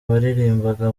baririmbaga